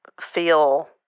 feel –